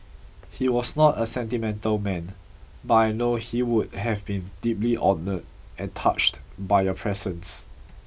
he was not a sentimental man but I know he would have been deeply honoured and touched by your presence